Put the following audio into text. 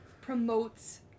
promotes